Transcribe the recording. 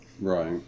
Right